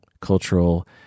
cultural